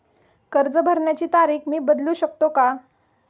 कर्ज भरण्याची तारीख मी बदलू शकतो का?